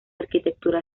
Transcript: arquitectura